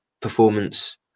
performance